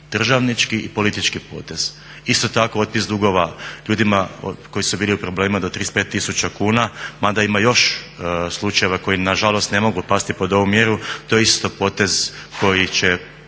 državnički i politički potez. Isto tako otpis dugova ljudima koji su bili u problemima do 35 tisuća kuna, mada ima još slučajeva koji nažalost ne mogu pasti pod ovu mjeru, to je isto potez koji će